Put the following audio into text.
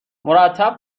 مرتب